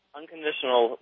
unconditional